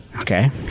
Okay